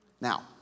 Now